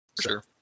Sure